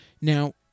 Now